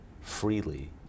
freely